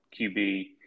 QB